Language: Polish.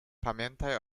pamiętaj